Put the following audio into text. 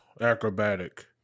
acrobatic